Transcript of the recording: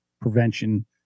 prevention